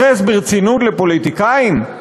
יתייחס ברצינות לפוליטיקאים?